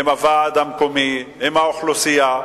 עם הוועד המקומי, עם האוכלוסייה,